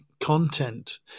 content